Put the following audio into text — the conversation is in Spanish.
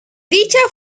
dicha